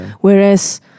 whereas